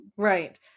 Right